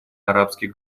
арабских